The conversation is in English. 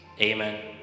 Amen